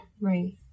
Right